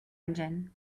engine